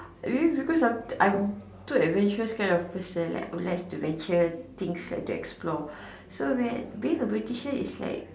maybe because I'm I'm too adventurous kind of person like who likes to venture things like to explore so when being a beautician is like